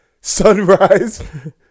sunrise